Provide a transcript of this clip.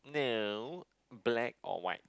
no black or white